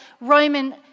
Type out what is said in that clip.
Roman